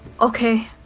Okay